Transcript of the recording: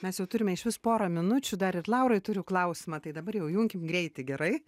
mes jau turime išvis porą minučių dar ir laurai turiu klausimą tai dabar jau junkim greitį gerai